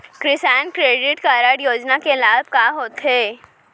किसान credit card योजना के लाभ का का होथे?